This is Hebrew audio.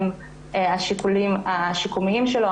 הם השיקולים השיקומיים שלו,